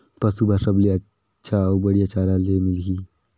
पशु बार सबले अच्छा अउ बढ़िया चारा ले मिलही?